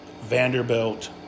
Vanderbilt –